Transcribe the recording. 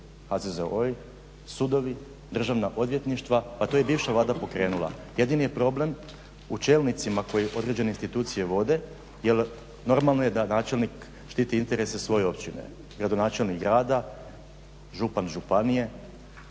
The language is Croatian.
HZZO, sudovi, državna odvjetništva, a to je bivša Vlada pokrenula. Jedini je problem u čelnicima koji određene institucije vode jer normalno je da načelnik štiti interese svoje općine, gradonačelnik grada, župan županije,